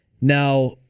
Now